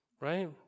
right